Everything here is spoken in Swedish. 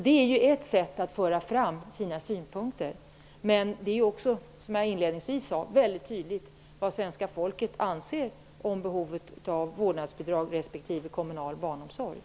Det är ett sätt att föra fram sina synpunkter. Men som jag inledningsvis sade är det också tydligt vad svenska folket anser om behovet av vårdnadsbidrag respektive kommunal barnomsorg.